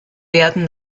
werden